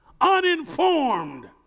uninformed